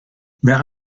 wer